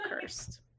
cursed